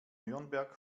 nürnberg